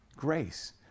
grace